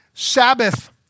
Sabbath